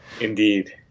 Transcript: Indeed